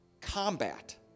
combat